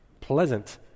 pleasant